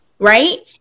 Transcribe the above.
right